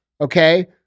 okay